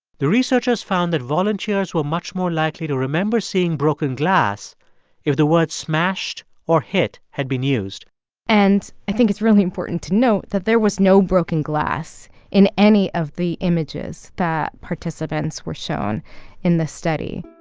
the researchers found that volunteers were much more likely to remember seeing broken glass if the word smashed or hit had been used and i think it's really important to note that there was no broken glass in any of the images that participants were shown in the study